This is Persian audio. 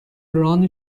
ران